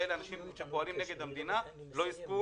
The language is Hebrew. שאנשים שפועלים נגד המדינה לא יזכו